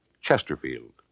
Chesterfield